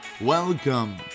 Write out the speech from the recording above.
welcome